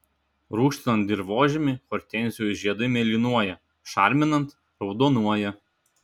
rūgštinant dirvožemį hortenzijų žiedai mėlynuoja šarminant raudonuoja